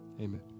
Amen